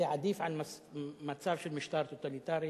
זה עדיף על מצב של משטר טוטליטרי,